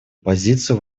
позицию